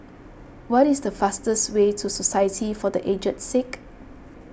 what is the fastest way to Society for the Aged Sick